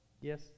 Yes